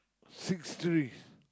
six trees